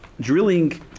drilling